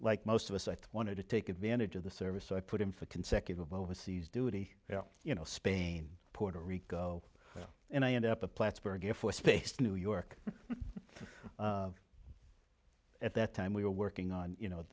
like most of us i wanted to take advantage of the service i put in for consecutive overseas duty you know spain puerto rico and i ended up at plattsburgh air force base new york at that time we were working on you know